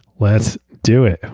let's do it.